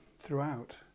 throughout